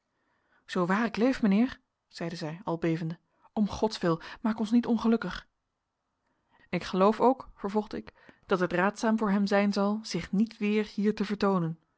zoo waar ik leef meneer zeide zij al bevende om gods wil maak ons niet ongelukkig ik geloof ook vervolgde ik dat het raadzaam voor hem zijn zal zich niet weer hier te vertoonen